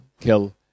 kill